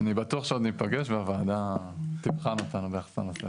אני בטוח שעוד ניפגש והוועדה תבחן אותנו ביחס לנושא הזה.